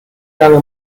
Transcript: lange